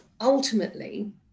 ultimately